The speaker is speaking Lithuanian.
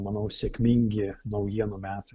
manau sėkmingi naujienų metai